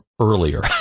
earlier